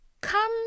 come